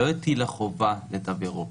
לא הטילה חובה לתו ירוק.